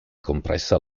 compressa